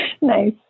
Nice